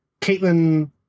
caitlin